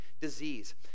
disease